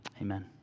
amen